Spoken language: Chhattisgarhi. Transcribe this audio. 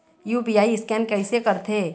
यू.पी.आई स्कैन कइसे करथे?